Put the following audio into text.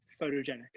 photogenic